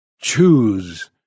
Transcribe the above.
Choose